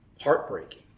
Heartbreaking